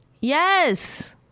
Yes